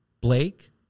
Blake